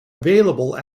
available